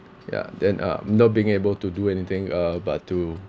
ya then uh not being able to do anything uh but to